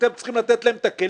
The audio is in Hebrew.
צריכים לתת להם את הכלים.